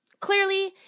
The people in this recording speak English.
Clearly